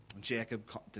Jacob